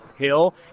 Hill